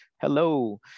Hello